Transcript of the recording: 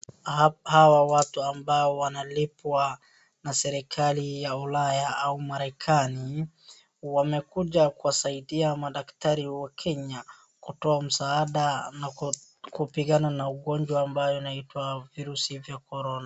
Hawa watu ambao wanalipwa na serikali ya Ulaya au Marekani, wamekuja kuwasaidia madaktari wa Kenya, kutoa msaada na kupigana na ugonjwa ambayo inaitwa virusi vya Corona.